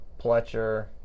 Pletcher